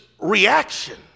reaction